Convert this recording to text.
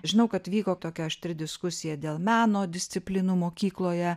žinau kad vyko tokia aštri diskusija dėl meno disciplinų mokykloje